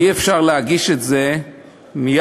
אי-אפשר להגיש את זה מינואר,